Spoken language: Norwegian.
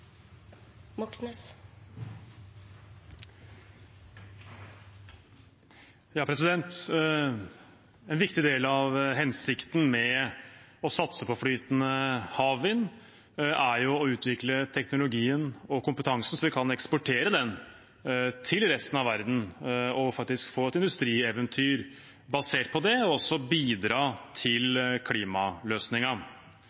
Moxnes har hatt ordet to ganger tidligere og får ordet til en kort merknad, begrenset til 1 minutt. En viktig del av hensikten med å satse på flytende havvind er å utvikle teknologien og kompetansen, slik at vi kan eksportere den til resten av verden og faktisk få et industrieventyr basert på